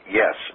yes